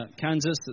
Kansas